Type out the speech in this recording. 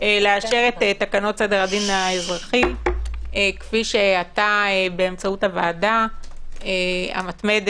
לאשר את תקנות סדר הדין האזרחי כפי שאתה באמצעות הוועדה המתמדת,